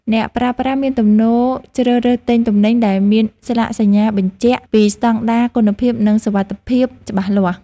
អ្នកប្រើប្រាស់មានទំនោរជ្រើសរើសទិញទំនិញដែលមានស្លាកសញ្ញាបញ្ជាក់ពីស្តង់ដារគុណភាព និងសុវត្ថិភាពច្បាស់លាស់។